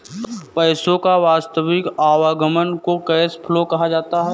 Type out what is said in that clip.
पैसे का वास्तविक आवागमन को कैश फ्लो कहा जाता है